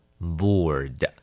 Bored